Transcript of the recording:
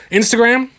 instagram